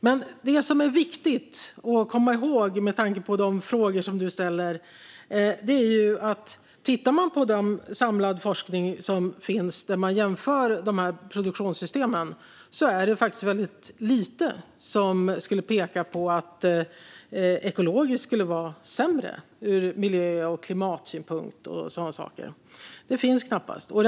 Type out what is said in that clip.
Men det som är viktigt att komma ihåg, med tanke på de frågor som John Widegren ställde, är att man om man tittar på den samlade forskning som finns där dessa produktionssystem jämförs ser väldigt lite som pekar på att ekologiskt skulle vara sämre ur miljö och klimatsynpunkt. Det finns knappast något.